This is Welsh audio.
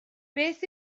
beth